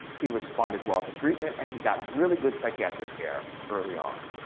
he responded well to treatment and he got really good psychiatric care early on.